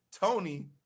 Tony